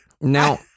Now